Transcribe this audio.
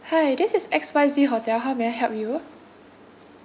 hi this is X Y Z hotel how may I help you